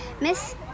Miss